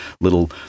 little